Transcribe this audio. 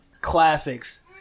classics